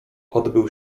odbył